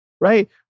right